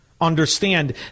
Understand